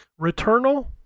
Returnal